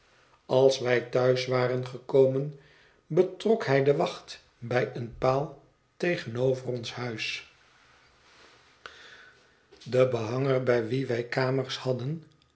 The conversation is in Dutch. als wij thuis waren gekomen betrok hij de wacht bij een paal tegenover ons huis de behanger bij wien wij kamers hadden